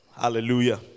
Hallelujah